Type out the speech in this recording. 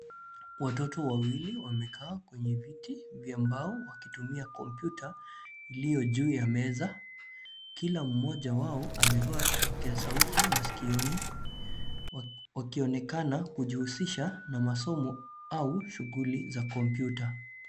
Watoto wawili wamekaa kwenye viti vya mbao wakitumia kompyuta ilio juu ya meza. Kila moja wao amevaa vipokea sauti masikioni wakionekana kujihusisha na masomo au shughuli za kompyuta.